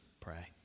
pray